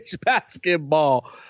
basketball